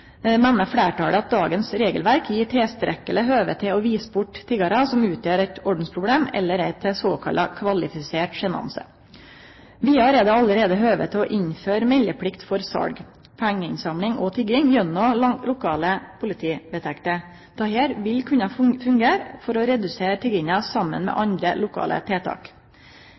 meiner fleirtalet at regelverket i dag gir tilstrekkeleg høve til å vise bort tiggarar som utgjer eit ordensproblem eller er til såkalla kvalifisert sjenanse. Vidare er det allereie høve til å innføre meldeplikt for sal, pengeinnsamling og tigging gjennom lokale politivedtekter. Dette vil kunne fungere for å redusere tigginga, saman med andre lokale tiltak.